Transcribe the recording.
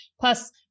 Plus